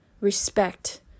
respect